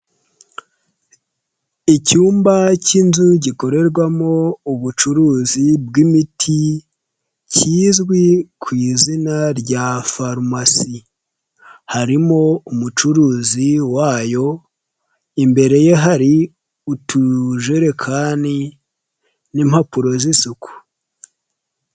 Icyumba cy'inzu gikorerwamo ubucuruzi bw'imiti, kizwi ku izina rya farumasi, harimo umucuruzi wayo, imbere ye hari utujerekani n'impapuro z'isuku.